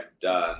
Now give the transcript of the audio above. done